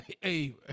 hey